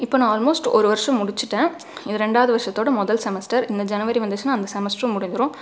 இப்போ நான் ஆல்மோஸ்ட் ஒரு வர்ஷம் முடிச்சிட்டேன் இது ரெண்டாவது வருஷத்தோட முதல் செமஸ்ட்டர் இந்த ஜனவரி வந்துச்சின்னால் அந்த செமஸ்ட்ரும் முடிஞ்சிடும்